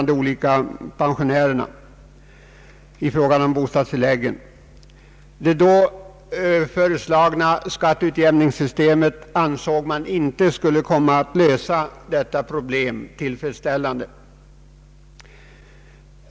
Det ansågs vidare att det då föreslagna skatteutjämningssystemet inte skulle komma att lösa problemet tillfredsställande.